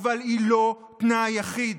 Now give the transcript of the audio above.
אבל היא לא תנאי יחיד.